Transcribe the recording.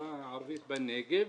לחברה הערבית בנגב